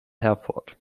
herford